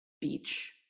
beach